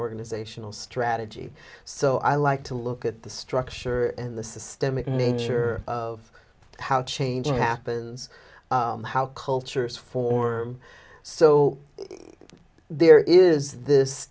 organizational strategy so i like to look at the structure and the systemic nature of how change happens how cultures form so there is this